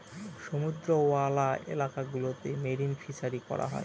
সমুদ্রওয়ালা এলাকা গুলোতে মেরিন ফিসারী করা হয়